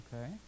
okay